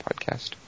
podcast